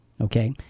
okay